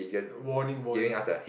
warning warning